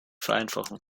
vereinfachen